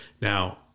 Now